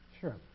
Sure